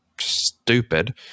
stupid